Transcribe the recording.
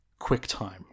QuickTime